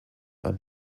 are